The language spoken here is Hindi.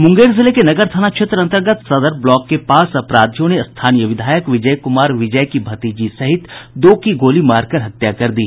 मुंगेर जिले के नगर थाना क्षेत्र अंतर्गत सदर ब्लॉक के पास अपराधियों ने स्थानीय विधायक विजय कुमार विजय की भतीजी सहित दो की गोली मारकर हत्या कर दी